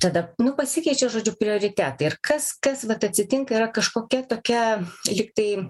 tada nu pasikeičia žodžiu prioritetai ir kas kas vat atsitinka yra kažkokia tokia lygtai